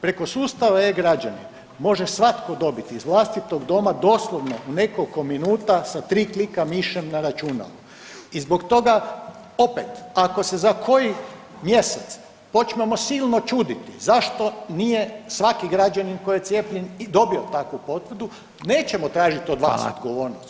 Preko sustava e-građani može svatko dobiti iz vlastitog doma doslovno u nekoliko minuta sa tri klika mišem na računalu i zbog toga opet ako se za koji mjesec počnemo silno čuditi zašto nije svaki građanin koji je cijepljen dobio takvu potvrdu nećemo tražiti od vas odgovornost.